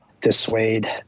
dissuade